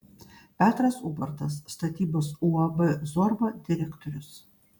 petras ubartas statybos uab zorba direktorius